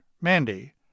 Mandy